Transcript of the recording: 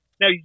Now